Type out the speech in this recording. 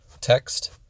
text